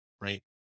right